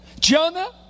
Jonah